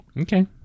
Okay